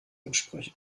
entsprechen